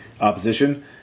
opposition